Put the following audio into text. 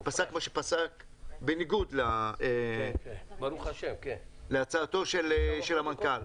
בג"ץ פסק מה שפסק בניגוד להצעתו של המנכ"ל.